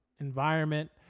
Environment